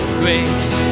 grace